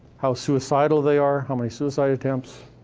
how suicidal they are, how many suicide attempts.